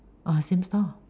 oh same stall